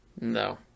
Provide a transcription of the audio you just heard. No